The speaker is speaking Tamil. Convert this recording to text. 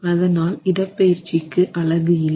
அதனால் இடப்பெயர்ச்சிக்கு அலகு இல்லை